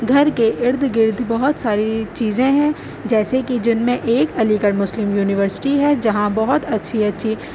گھر کے ارد گرد بہت ساری چیزیں ہیں جیسے کہ جن میں ایک علی گڑھ مسلم یونیورسٹی ہے جہاں بہت اچھی اچھی